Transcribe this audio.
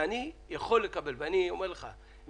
אני אומר לך את